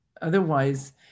otherwise